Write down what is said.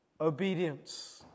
obedience